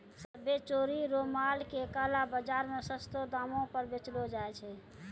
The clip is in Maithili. सभ्भे चोरी रो माल के काला बाजार मे सस्तो दामो पर बेचलो जाय छै